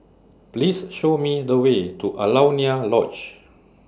Please Show Me The Way to Alaunia Lodge